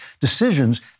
decisions